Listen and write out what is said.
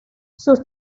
sus